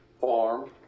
farm